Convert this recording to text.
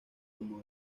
como